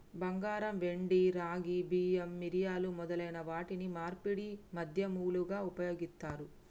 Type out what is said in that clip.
బంగారం, వెండి, రాగి, బియ్యం, మిరియాలు మొదలైన వాటిని మార్పిడి మాధ్యమాలుగా ఉపయోగిత్తారు